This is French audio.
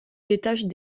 détachent